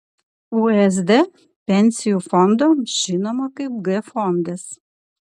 usd pensijų fondo žinomo kaip g fondas